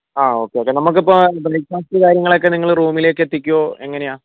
ആ okay okay നമുക്ക് ഇപ്പോൾ ബ്രേക്ഫാസ്റ്റ് കാര്യങ്ങളൊക്കെ നിങ്ങൾ റൂമിലേക്ക് എത്തിക്കുവോ എങ്ങനെയാണ്